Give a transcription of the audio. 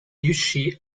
riuscì